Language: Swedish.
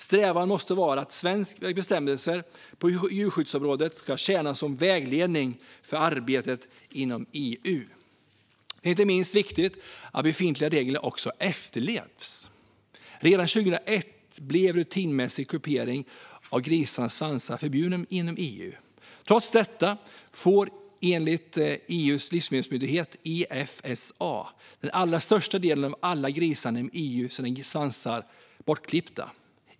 Strävan måste vara att svenska bestämmelser på djurskyddsområdet ska tjäna som vägledning för arbetet inom EU. Det är inte minst viktigt att befintliga regler också efterlevs. Redan 2001 blev rutinmässig kupering av grisarnas svansar förbjudet inom EU. Trots detta får, enligt EU:s livsmedelsmyndighet Efsa, den allra största delen av grisarna inom EU sina svansar bortklippta.